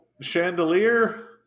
Chandelier